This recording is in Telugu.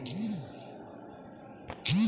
కొబ్బరి కి ఏ నేల మంచిది?